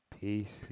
peace